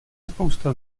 spousta